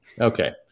Okay